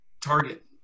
target